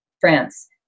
France